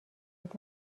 محبت